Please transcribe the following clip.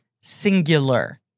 singular